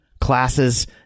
classes